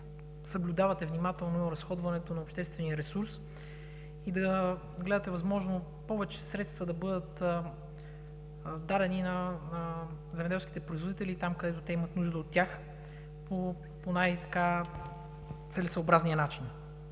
да съблюдавате внимателно разходването на обществения ресурс и да гледате възможно повече средства да бъдат дадени на земеделските производители там, където те имат нужда от тях, по най-целесъобразния начин.